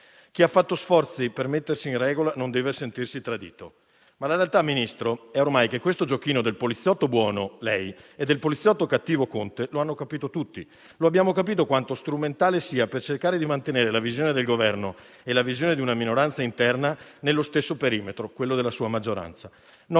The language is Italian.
Chi ha fatto sforzi per mettersi in regola non deve sentirsi tradito». Ma la realtà, signor Ministro, è ormai che questo giochino del poliziotto buono (lei) e del poliziotto cattivo (Conte) lo hanno capito tutti; abbiamo capito quanto strumentale sia per cercare di mantenere la visione del Governo e la visione di una minoranza interna nello stesso perimetro, quello della sua maggioranza.